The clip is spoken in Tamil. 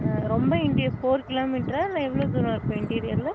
ஆ ரொம்ப இன்டீரியர் ஃபோர் கிலோ மீட்டரா இல்லை எவ்வளோ தூரம் இருக்கு இன்டீரியரில்